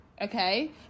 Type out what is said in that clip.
Okay